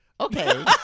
Okay